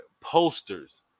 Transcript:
posters